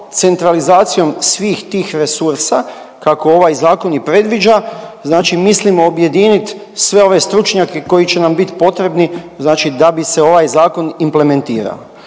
centralizacijom svih tih resursa kako ovaj zakon i predviđa znači mislimo objedinit sve ove stručnjake koji će nam bit potrebni znači da bi se ovaj zakon implementirao.